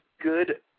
good